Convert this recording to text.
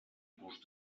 tipus